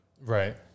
Right